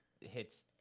hits